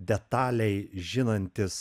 detaliai žinantis